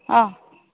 অঁ